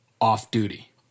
off-duty